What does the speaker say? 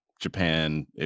Japan